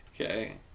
Okay